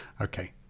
Okay